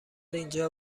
اینجا